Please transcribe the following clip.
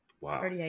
Wow